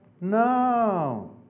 No